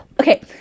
Okay